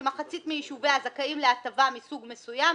שמחצית מיישוביה זכאים להטבה מסוג מסוים,